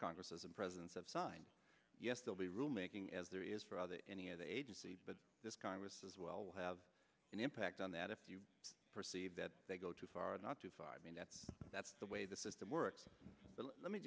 congresses and presidents of signed yes they'll be rule making as there is for other any of the agencies but this congress as well will have an impact on that if you perceive that they go too far not too far i mean that's that's the way the system works let me